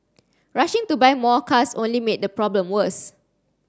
rushing to buy more cars only made the problem worse